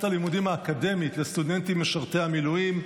הלימודים האקדמית לסטודנטים משרתי המילואים,